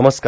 नमस्कार